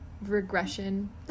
regression